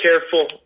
careful